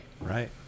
Right